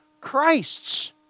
Christs